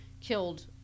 killed